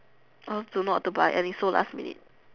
I also don't know what to buy and it's so last minute